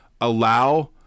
allow